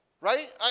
right